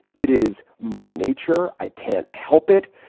it is my nature. i can't help it.